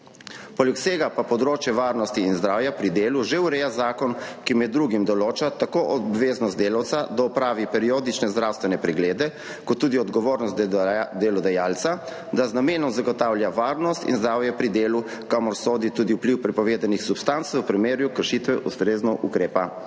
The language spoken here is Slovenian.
Poleg vsega pa področje varnosti in zdravja pri delu že ureja zakon, ki med drugim določa tako obveznost delavca, da opravi periodične zdravstvene preglede, kot tudi odgovornost delodajalca, da z namenom zagotavlja varnost in zdravje pri delu, kamor sodi tudi vpliv prepovedanih substanc, v primeru kršitve pa ustrezno ukrepa.